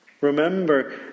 Remember